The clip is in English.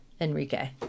Enrique